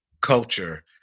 culture